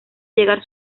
llegar